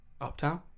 Uptown